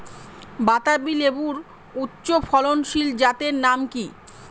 বাতাবি লেবুর উচ্চ ফলনশীল জাতের নাম কি?